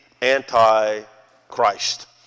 anti-Christ